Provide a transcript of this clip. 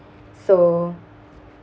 for